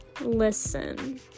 Listen